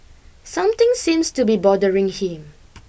something seems to be bothering him